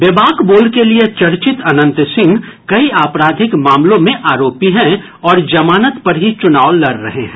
बेबाक बोल के लिए चर्चित अनंत सिंह कई आपराधिक मामलों में आरोपी हैं और जमानत पर ही चुनाव लड़ रहे हैं